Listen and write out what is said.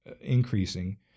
increasing